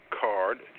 card